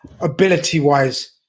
ability-wise